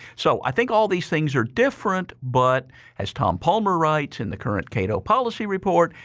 so i think all these things are different but as tom palmer writes in the current cato policy report,